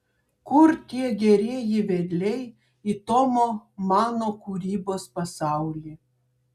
kur tie gerieji vedliai į tomo mano kūrybos pasaulį